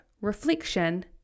reflection